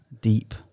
deep